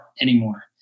anymore